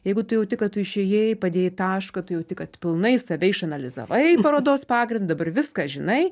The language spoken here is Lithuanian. jeigu tu jauti kad tu išėjai padėjai tašką tu jauti kad pilnai save išanalizavai parodos pagrindu dabar viską žinai